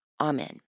Amen